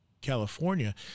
California